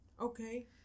Okay